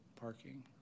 parking